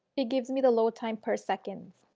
it gives me the load time per second.